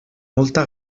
molta